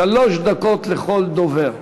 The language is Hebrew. שלוש דקות לכל דובר.